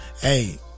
Hey